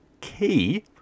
key